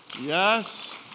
Yes